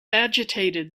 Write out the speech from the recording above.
agitated